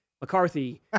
McCarthy